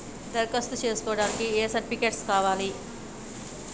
దరఖాస్తు చేస్కోవడానికి ఏ సర్టిఫికేట్స్ కావాలి?